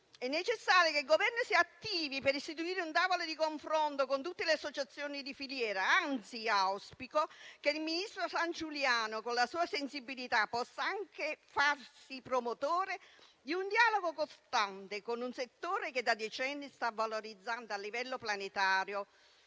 È necessario che il Governo si attivi per istituire un tavolo di confronto con tutte le associazioni di filiera. Anzi, auspico che il ministro Sangiuliano, con la sua sensibilità, possa anche farsi promotore di un dialogo costante con un settore che, da decenni, sta valorizzando a livello planetario